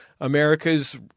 America's